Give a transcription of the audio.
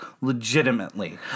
legitimately